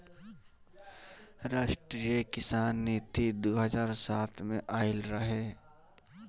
राष्ट्रीय किसान नीति दू हज़ार सात में आइल रहे